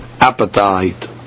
appetite